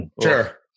Sure